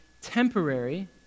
temporary